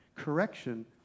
correction